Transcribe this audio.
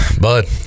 bud